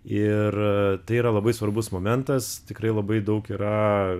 ir tai yra labai svarbus momentas tikrai labai daug yra